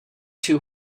too